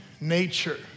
nature